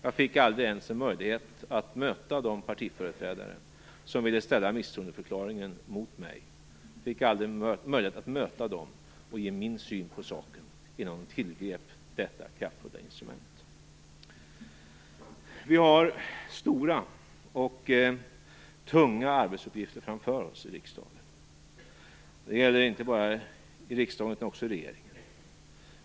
Jag fick aldrig ens en möjlighet att möta de partiföreträdare som ville ställa misstroendeförklaringen mot mig och ge min syn på saken innan de tillgrep detta kraftfulla instrument. Vi har stora och tunga arbetsuppgifter framför oss i riksdagen. Det gäller inte bara i riksdagen utan också i regeringen.